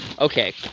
Okay